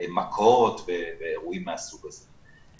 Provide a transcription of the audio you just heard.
מכות ואירועים מהסוג הזה.